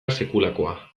sekulakoa